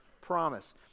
promise